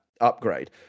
upgrade